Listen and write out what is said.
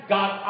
God